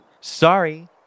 Sorry